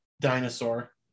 dinosaur